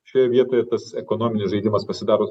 šioje vietoje tas ekonominis žaidimas pasidaro